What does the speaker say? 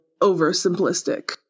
oversimplistic